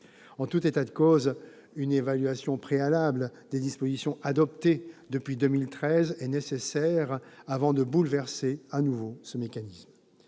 En tout état de cause, une évaluation préalable des dispositions adoptées depuis 2013 est nécessaire avant de bouleverser de nouveau ce mécanisme.